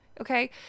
okay